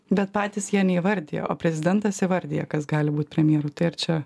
bet patys jie neįvardijo o prezidentas įvardijo kas gali būt premjeru tai ar čia